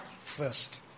first